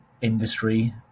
industry